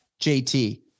JT